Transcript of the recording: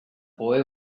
boy